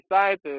scientists